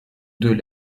deux